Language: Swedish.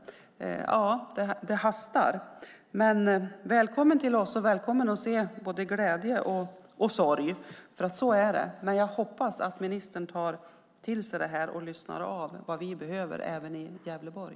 Ja, det hastar. Välkommen till oss och att se både glädje och sorg, för så är det! Jag hoppas att ministern tar till sig det här och lyssnar av vad vi behöver även i Gävleborg.